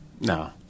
no